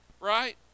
right